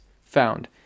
found